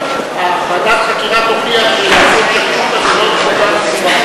ועדת החקירה תוכיח שלעשות שקשוקה זה לא כל כך מסובך.